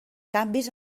canvis